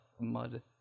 mud